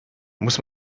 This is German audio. muss